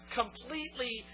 completely